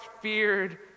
feared